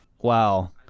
Wow